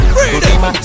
Freedom